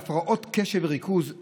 הפרעות קשב וריכוז,